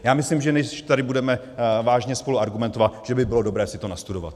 Já myslím, že než tady budeme vážně spolu argumentovat, že by bylo dobré si to nastudovat.